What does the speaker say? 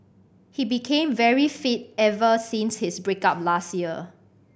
he became very fit ever since his break up last year